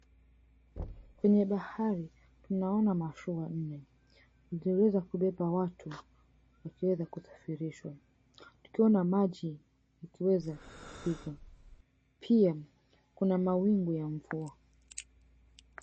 Kwenye bahari, tunaona mashua nne zinaweza kubeba, watu wakiweza kusafirishwa. Tukiwa la maji likiweza kupiga, pia kuna mawingu ya mvua.